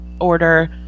order